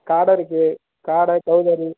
காடை இருக்குது காடை கவுதாரி